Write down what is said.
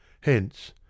hence